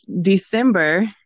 December